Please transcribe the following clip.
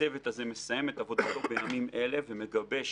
הצוות הזה מסיים את עבודתו בימים אלה ומגבש